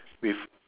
with